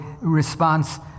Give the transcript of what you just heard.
response